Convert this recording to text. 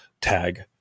tag